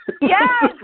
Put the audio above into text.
yes